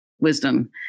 wisdom